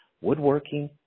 woodworking